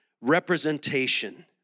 representation